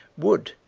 would,